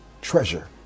treasure